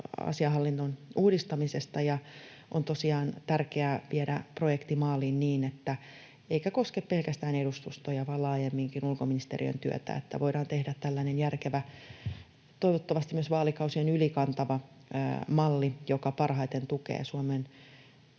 ulkoasianhallinnon uudistamisesta. On tosiaan tärkeää viedä projekti maaliin niin — eikä koske pelkästään edustustoja, vaan laajemminkin ulkoministeriön työtä — että voidaan tehdä tällainen järkevä, toivottavasti myös vaalikausien yli kantava malli, joka parhaiten tukee Suomen